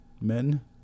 men